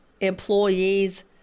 employee's